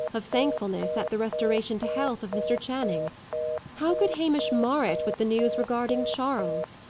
of thankfulness at the restoration to health of mr. channing how could hamish mar it with the news regarding charles?